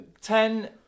Ten